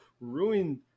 ruined